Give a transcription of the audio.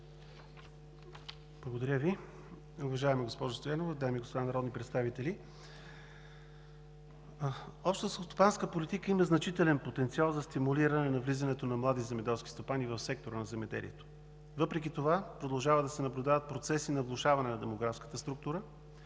Благодаря Ви. Уважаема госпожо Стоянова, дами и господа народни представители! Общата селскостопанска политика има значителен потенциал за стимулиране влизането на млади земеделски стопани в сектора на земеделието. Въпреки това продължават да се наблюдават процеси на влошаване на демографската структура